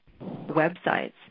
websites